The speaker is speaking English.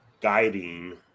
guiding